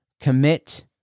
commit